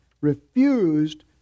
refused